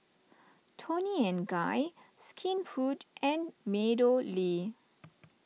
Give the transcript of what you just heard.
Toni and Guy Skinfood and MeadowLea